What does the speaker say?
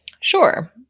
Sure